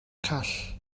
call